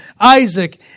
Isaac